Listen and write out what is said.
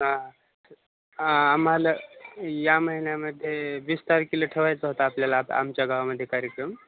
हा आम्हाला या महिन्यामध्ये वीस तारखेला ठेवायचा होता आपल्याला आमच्या गावामध्ये कार्यक्रम